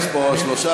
לא, יש פה שלושה.